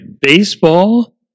baseball